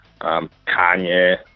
Kanye